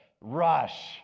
rush